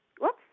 Whoops